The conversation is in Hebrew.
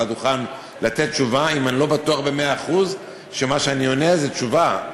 הדוכן אם אני לא בטוח במאה אחוז שמה שאני עונה זה תשובה.